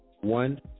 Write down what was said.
one